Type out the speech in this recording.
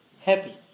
happy